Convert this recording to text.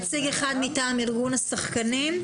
נציג אחד מטעם ארגון השחקנים.